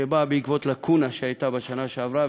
שבאה בעקבות לקונה שהייתה בשנה שעברה.